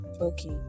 okay